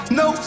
no